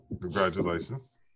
Congratulations